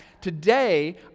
today